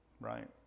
Right